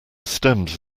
stems